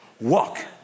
walk